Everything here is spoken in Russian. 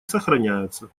сохраняются